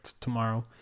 tomorrow